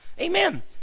amen